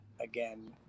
again